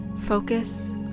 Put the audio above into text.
focus